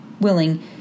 willing